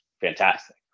fantastic